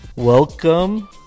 welcome